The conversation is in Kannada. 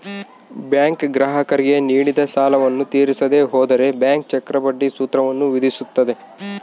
ಬ್ಯಾಂಕ್ ಗ್ರಾಹಕರಿಗೆ ನೀಡಿದ ಸಾಲವನ್ನು ತೀರಿಸದೆ ಹೋದರೆ ಬ್ಯಾಂಕ್ ಚಕ್ರಬಡ್ಡಿ ಸೂತ್ರವನ್ನು ವಿಧಿಸುತ್ತದೆ